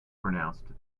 pronounced